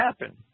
happen